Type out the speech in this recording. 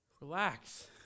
Relax